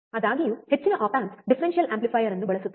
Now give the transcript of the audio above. ಆದಾಗ್ಯೂ ಹೆಚ್ಚಿನ op amps differential amplifier ಅನ್ನು ಬಳಸುತ್ತದೆ